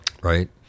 Right